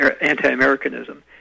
anti-americanism